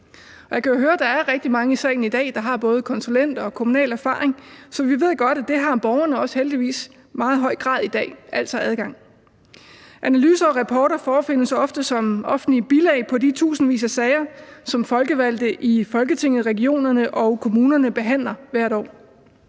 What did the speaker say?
rigtig mange i salen i dag, der har både konsulenterfaring og kommunal erfaring, så vi ved godt, at det har borgerne heldigvis også i meget høj grad i dag – altså adgang. Analyser og rapporter forefindes ofte som offentlige bilag i de tusindvis af sager, som folkevalgte i Folketinget, i regionerne og kommunerne behandler hvert år